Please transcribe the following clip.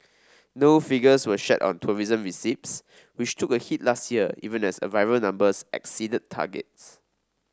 no figures were shared on tourism receipts which took a hit last year even as arrival numbers exceeded targets